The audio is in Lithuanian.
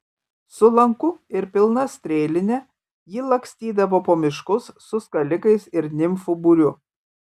su lanku ir pilna strėline ji lakstydavo po miškus su skalikais ir nimfų būriu